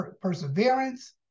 perseverance